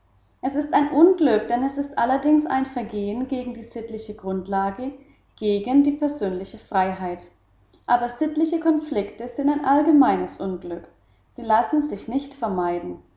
es ist ein unglück denn es ist allerdings ein vergehen gegen die sittliche grundlage gegen die persönliche freiheit aber sittliche konflikte sind ein allgemeines unglück sie lassen sich nicht vermeiden